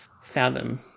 fathom